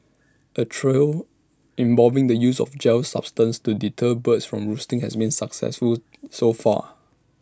A trial involving the use of A gel substance to deter birds from roosting has been successful so far